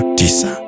tisa